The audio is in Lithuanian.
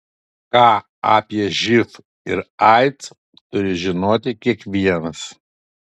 ką apie živ ir aids turi žinoti kiekvienas